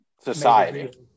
Society